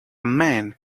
man